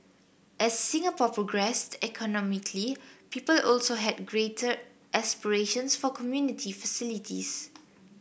as Singapore progressed economically people also had greater aspirations for community facilities